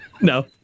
No